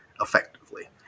effectively